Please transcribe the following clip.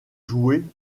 jouée